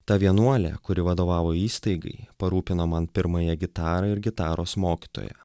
ta vienuolė kuri vadovavo įstaigai parūpino man pirmąją gitarą ir gitaros mokytoją